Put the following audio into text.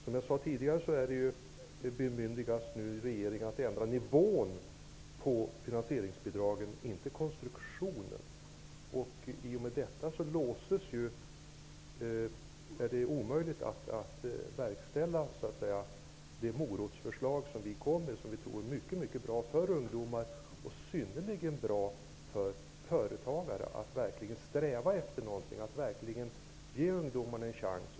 Som jag tidigare sade bemyndigas regeringen nu att ändra nivån men inte konstruktionen på finansieringsbidragen. I och med detta är det omöjligt att verkställa det morotsförslag som vi lade fram. Det är ett förslag som vi tror är mycket bra för ungdomar. Det är synnerligen bra för företagare att verkligen få sträva efter att ge ungdomarna en chans.